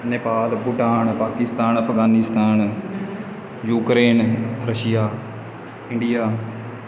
Nepal Bhutan Pakistan Afghanistan Ukraine Russia India